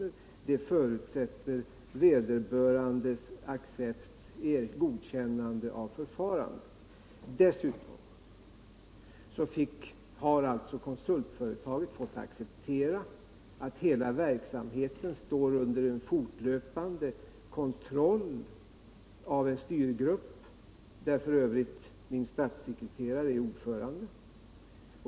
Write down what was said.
Förfarandet förutsätter vederbörandes godkännande. Vidare har konsultföretaget fått acceptera att hela verksamheten står under fortlöpande kontroll av en styrgrupp, där f. ö. min statssekreterare är ordförande.